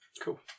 Cool